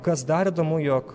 kas dar įdomu jog